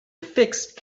fixed